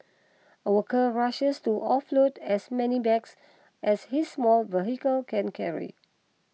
a worker rushes to offload as many bags as his small vehicle can carry